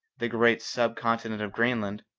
the great sub-continent of greenland,